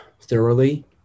thoroughly